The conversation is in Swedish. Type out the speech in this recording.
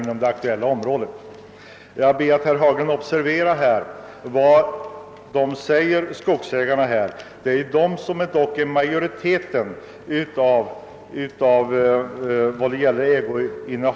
På det sättet är frågan alltså redan föremål för den uppmärksamhet som herr Sveningsson vill ha till stånd. Jag ber, herr talman, att få yrka bifall till utskottets hemställan.